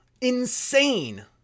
Insane